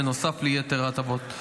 בנוסף ליתר ההטבות.